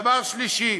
דבר שלישי,